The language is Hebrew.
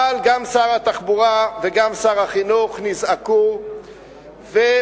אבל גם שר התחבורה וגם שר החינוך נזעקו ומצאו